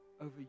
over